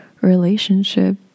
relationship